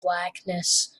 blackness